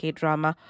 drama